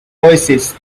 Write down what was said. oasis